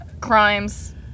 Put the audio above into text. crimes